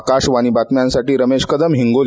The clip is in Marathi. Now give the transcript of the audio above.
आकाशवाणी बातम्यासाठी रमेश कदम हिंगोली